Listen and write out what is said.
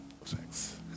Thanks